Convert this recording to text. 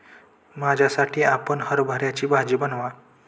माझ्यासाठी आपण हरभऱ्याची भाजी बनवा